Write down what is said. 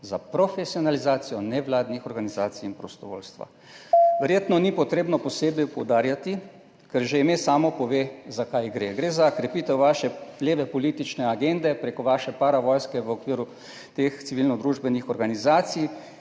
za profesionalizacijo nevladnih organizacij in prostovoljstva. Verjetno ni treba posebej poudarjati, ker že ime samo pove, za kaj gre. Gre za krepitev vaše leve politične agende prek vaše paravojske v okviru teh civilnodružbenih organizacij,